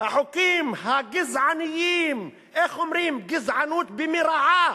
החוקים הגזעניים, גזענות במירעה,